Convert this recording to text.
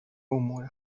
امور